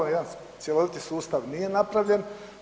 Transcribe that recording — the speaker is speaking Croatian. Jedan cjeloviti sustav nije napravljen.